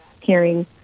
hearing